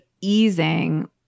easing